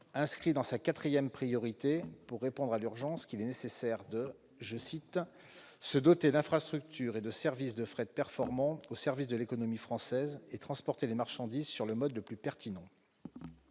inscrivent dans leur quatrième priorité pour répondre à l'urgence qu'il est nécessaire de « se doter d'infrastructures et de services de fret performants au service de l'économie française et transporter les marchandises sur le mode le plus pertinent ».